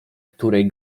której